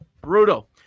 brutal